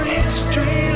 history